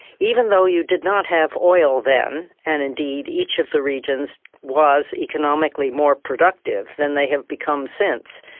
even though you did not have oil then, and indeed each of the regions was economically more productive than they have become since,